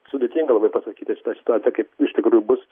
sudėtinga labai pasakyti šitoj situacijoj kaip iš tikrųjų bus